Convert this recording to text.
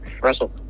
Russell